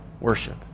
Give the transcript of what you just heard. worship